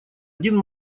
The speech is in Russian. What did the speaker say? один